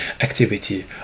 activity